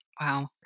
Wow